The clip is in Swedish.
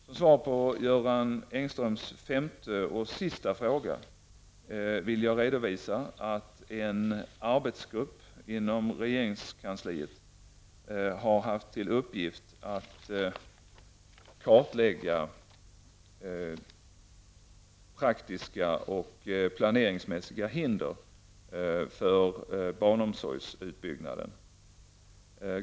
Som svar på Göran Engströms femte och sista fråga vill jag redovisa att en arbetsgrupp inom regeringskansliet har haft till uppgift att kartlägga praktiska och planeringsmässiga hinder för barnomsorgsutbyggnaden.